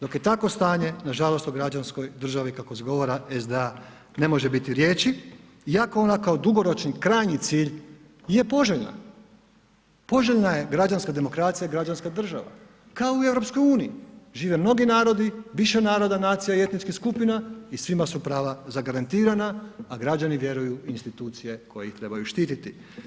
Dok je takvo stanje nažalost o građanskoj državi kako zagovara SDA ne može biti riječi iako ona kao dugoročni krajnji cilj je poželjna, poželjna je građanska demokracija, građanska država, kao i u EU, žive mnogi narodi, više naroda, nacija i etničkih skupina i svima su prava zagarantirana, a građani vjeruju u institucije koje ih trebaju štititi.